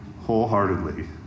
wholeheartedly